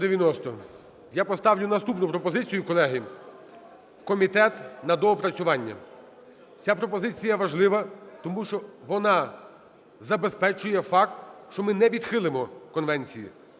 Я поставлю наступну пропозицію, колеги: в комітет на доопрацювання. Ця пропозиція важлива тому, що вона забезпечує факт, що ми не відхилимо конвенції.